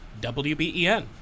WBEN